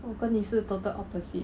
我跟你是 total opposite